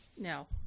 No